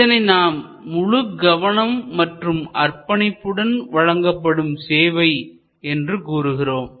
இதனை நாம் முழு கவனம் மற்றும் அர்ப்பணிப்புடன் வழங்கப்படும் சேவை என்று கூறுகிறோம்